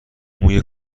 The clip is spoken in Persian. موی